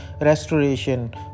restoration